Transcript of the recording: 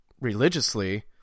religiously